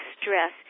stress